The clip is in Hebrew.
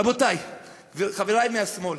רבותי וחברי מהשמאל,